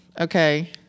okay